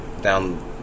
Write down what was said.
down